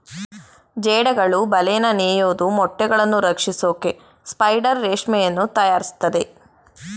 ಜೇಡಗಳು ಬಲೆನ ನೇಯೋದು ಮೊಟ್ಟೆಗಳನ್ನು ರಕ್ಷಿಸೋಕೆ ಸ್ಪೈಡರ್ ರೇಷ್ಮೆಯನ್ನು ತಯಾರಿಸ್ತದೆ